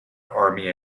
army